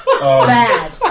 Bad